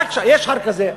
רק שם, יש הר כזה.